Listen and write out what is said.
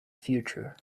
future